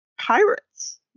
pirates